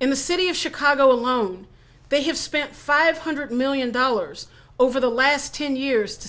in the city of chicago alone they have spent five hundred million dollars over the last ten years to